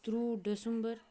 تٕرٛووُہ December